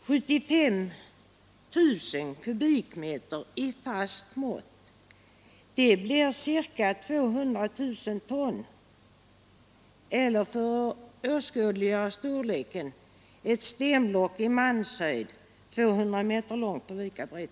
75 000 kubikmeter i fast mått blir ca 200 000 ton eller, för att åskådliggöra storleken, ett stenblock i manshöjd 200 meter långt och lika brett.